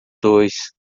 dois